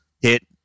hit